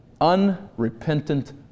unrepentant